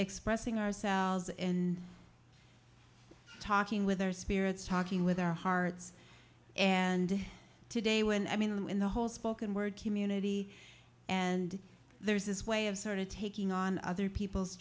expressing ourselves and talking with our spirits talking with our hearts and today when i mean when the whole spoken word community and there's this way of sort of taking on other people's